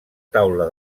taula